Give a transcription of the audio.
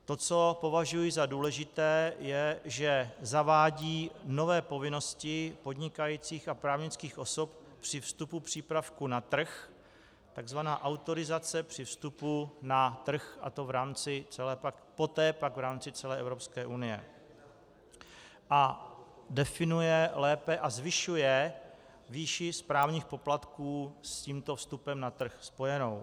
To, co považuji za důležité, je, že zavádí nové povinnosti podnikajících a právnických osob při vstupu přípravku na trh, tzv. autorizace při vstupu na trh, poté pak v rámci celé Evropské unie, a definuje lépe a zvyšuje výši správních poplatků s tímto vstupem na trh spojenou.